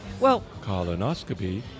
colonoscopy